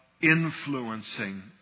influencing